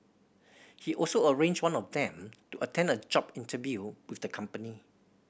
he also arranged one of them to attend a job interview with the company